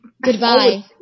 goodbye